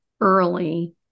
early